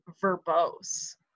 verbose